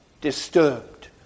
disturbed